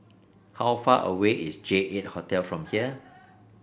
how far away is J eight Hotel from here